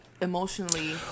emotionally